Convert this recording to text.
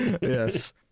Yes